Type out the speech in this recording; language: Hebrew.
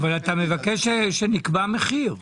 אבל אתה מבקש שנקבע מחיר.